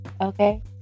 Okay